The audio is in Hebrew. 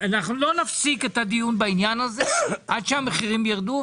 אנחנו לא נפסיק את הדיון בעניין הזה עד שהמחירים ירדו,